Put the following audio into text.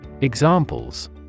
Examples